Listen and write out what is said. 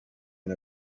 and